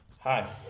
Hi